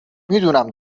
میدونم